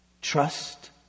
Trust